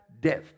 death